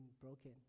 broken